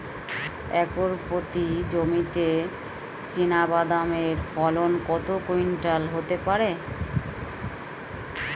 Acre প্রতি জমিতে চীনাবাদাম এর ফলন কত কুইন্টাল হতে পারে?